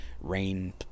rain